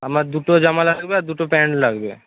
আমার দুটো জামা লাগবে আর দুটো প্যান্ট লাগবে